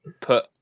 put